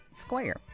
square